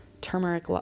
turmeric